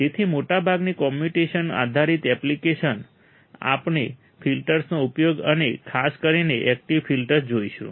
તેથી મોટાભાગની કોમ્યુનિકેશન આધારિત એપ્લિકેશન આપણે ફિલ્ટર્સનો ઉપયોગ અને ખાસ કરીને એકટીવ ફિલ્ટર્સ જોઈશું